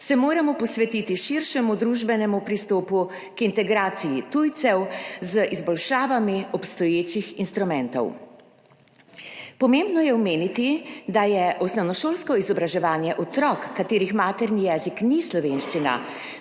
se moramo posvetiti širšemu družbenemu pristopu k integraciji tujcev z izboljšavami obstoječih instrumentov. Pomembno je omeniti, da je osnovnošolsko izobraževanje otrok, katerih materni jezik ni slovenščina,